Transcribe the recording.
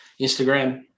Instagram